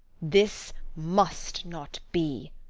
this must not be!